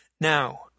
Now